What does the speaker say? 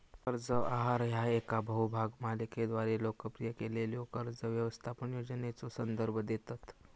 कर्ज आहार ह्या येका बहुभाग मालिकेद्वारा लोकप्रिय केलेल्यो कर्ज व्यवस्थापन योजनेचो संदर्भ देतत